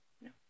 No